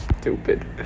Stupid